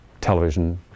television